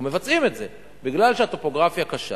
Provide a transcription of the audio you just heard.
אנחנו מבצעים את זה כי הטופוגרפיה קשה